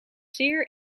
zeer